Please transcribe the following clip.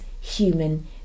human